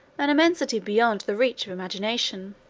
an immensity beyond the reach of imagination!